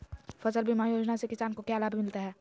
फसल बीमा योजना से किसान को क्या लाभ मिलता है?